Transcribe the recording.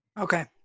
Okay